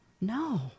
No